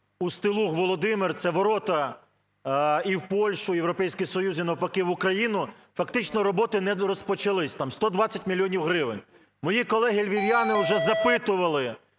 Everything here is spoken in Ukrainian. Устилуг-Володимир - це ворота і в Польщу, в Європейський Союзу і, навпаки, в Україну. Фактично роботи не розпочались, там 120 мільйонів гривень. Мої колеги-львів'яни уже запитували,